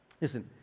listen